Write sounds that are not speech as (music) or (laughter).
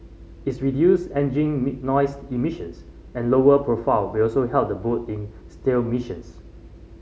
its reduced engine (unintelligible) noise emissions and lowered profile will also help the boat in stealth missions